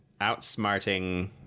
outsmarting